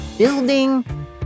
building